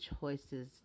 choices